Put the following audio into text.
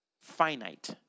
finite